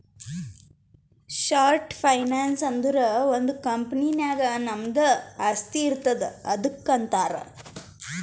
short finance ಅಂದುರ್ ಒಂದ್ company ನಾಗ್ ನಮ್ದು ಆಸ್ತಿ ಇರ್ತುದ್ ಅದುಕ್ಕ ಅಂತಾರ್